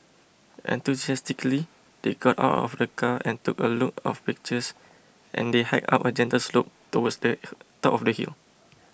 enthusiastically they got out of the car and took a lot of pictures and they hiked up a gentle slope towards the top of the hill